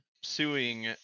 suing